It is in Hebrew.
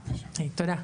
תודה.